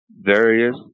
various